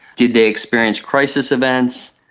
did they experience crisis events?